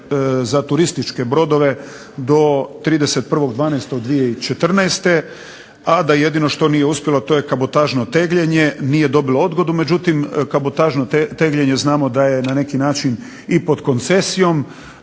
za turističke brodove do 31.12.2014., a da jedino što nije uspjelo a to je kabotažno tegljenje, nije dobilo odgodu, međutim kabotažno tegljenje znamo da je na neki način i pod koncesijom,